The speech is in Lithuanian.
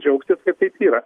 džiaugtis taip kaip yra